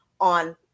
on